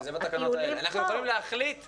אנחנו יכולים להחליט מחר,